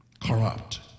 corrupt